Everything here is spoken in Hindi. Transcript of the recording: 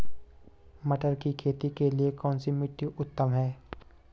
मटर की खेती के लिए कौन सी मिट्टी उत्तम है?